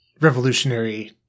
revolutionary